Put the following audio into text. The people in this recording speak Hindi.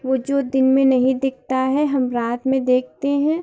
वह जो दिन में नहीं दिखता है हम रात में देखते हैं